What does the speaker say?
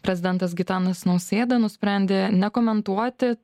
prezidentas gitanas nausėda nusprendė nekomentuoti